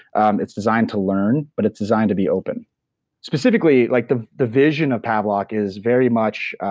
um it's designed to learn, but it's designed to be open specifically, like the the vision of pavlok is very much.